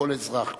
כל אזרח,